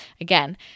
again